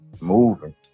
moving